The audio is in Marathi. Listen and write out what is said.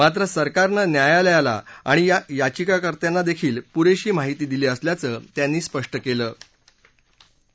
मात्र सरकारनं न्यायालयाला आणि याविकाकर्त्यांना दक्षील पुरधी माहिती दिली असल्याचं त्यांनी स्पष्ट कलि